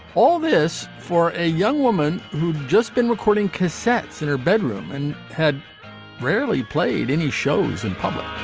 all this for a young woman who'd just been recording cassettes in her bedroom and had rarely played any shows in public.